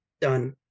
done